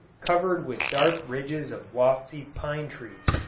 covered with dark ridges of lofty pine trees,